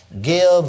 give